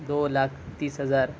دو لاکھ تیس ہزار